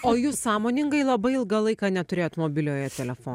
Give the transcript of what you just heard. o jūs sąmoningai labai ilgą laiką neturėjot mobiliojo telefono